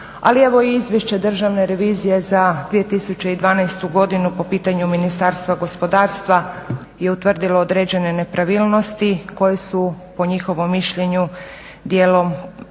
ali evo i izvješće državne revizije za 2012. godinu po pitanju Ministarstva gospodarstva je utvrdilo određene nepravilnosti koje su po njihovom mišljenju djelom